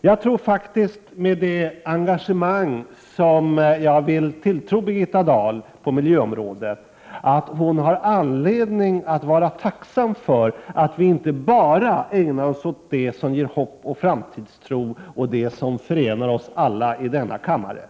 Jag tror faktiskt att miljöministern, med det engagemang som jag vill tilltro Birgitta Dahl på miljöområdet, har anledning att vara tacksam för att vi inte bara ägnar oss åt sådant som ger hopp och framtidstro och det som förenar oss alla i denna kammare.